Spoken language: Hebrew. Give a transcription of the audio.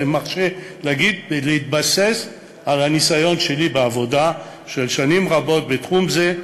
ואני מרשה להגיד ולהתבסס על הניסיון שלי בעבודה של שנים רבות בתחום זה,